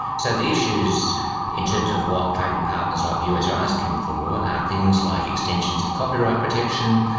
so the issues in terms of what trading partners like the us are asking for are things like extensions of copyright protection,